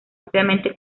ampliamente